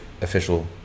official